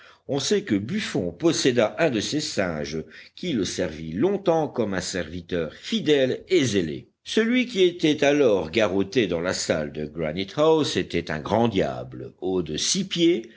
on sait que buffon posséda un de ces singes qui le servit longtemps comme un serviteur fidèle et zélé celui qui était alors garrotté dans la salle de granite house était un grand diable haut de six pieds